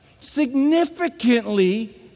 significantly